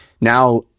now